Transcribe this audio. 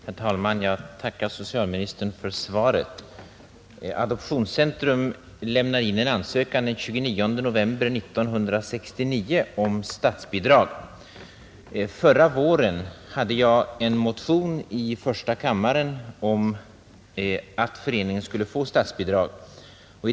Herr talman! Jag tackar socialministern för svaret. Föreningen Adoptionscentrum lämnade den 29 november 1969 in en ansökan om statsbidrag. Förra våren hade jag en motion i första kammaren om att föreningen skulle få statsbidrag.